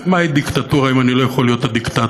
מהי דיקטטורה אם אני לא יכול להיות הדיקטטור,